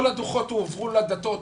כל הדוחות הועברו למשרד הדתות,